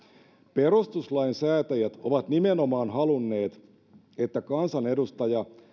perustuslain säätäjät ovat nimenomaan halunneet että kansanedustaja